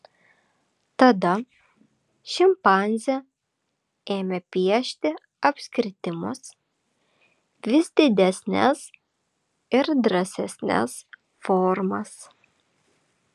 tada šimpanzė ėmė piešti apskritimus vis didesnes ir drąsesnes formas